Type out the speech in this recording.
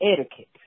etiquette